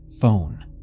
phone